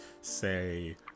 say